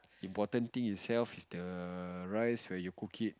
important thing itself is the rice where you cook it